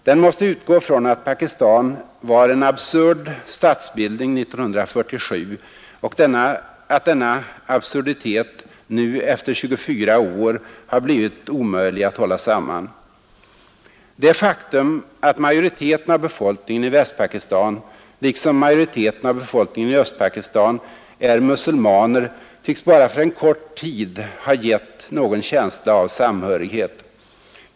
Den måste utgå från att Pakistan var en absurd statsbildning 1947 och att denna absurditet nu efter 24 år har blivit omöjlig att hålla samman, Det faktum att majoriteten av befolkningen i Västpakistan liksom majoriteten av befolkningen i Östpakistan är muselmaner tycks bara för en kort tid ha gett någon känsla av samhörighet.